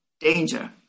danger